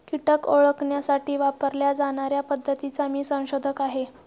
कीटक ओळखण्यासाठी वापरल्या जाणार्या पद्धतीचा मी संशोधक आहे